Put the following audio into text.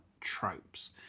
tropes